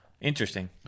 Interesting